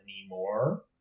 anymore